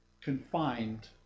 confined